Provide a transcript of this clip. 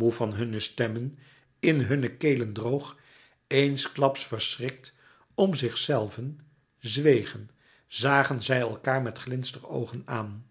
moê van hunne stemmen in hunne kelen louis couperus metamorfoze droog eensklaps verschrikt om zichzelven zwegen zagen zij elkaâr met glinsteroogen aan